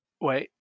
Wait